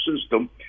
system